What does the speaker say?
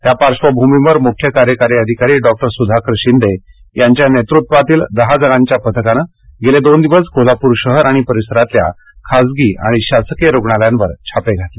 त्या पार्श्वभूमीवर मुख्य कार्यकारी अधिकारी डॉक्टर सुधाकर शिंदे यांच्या नेतृत्वाखालील दहा जणांच्या पथकानं गेले दोन दिवस कोल्हापूर शहर आणि परिसरातल्या खासगी आणि शासकीय रुग्णालयावर छापे घातले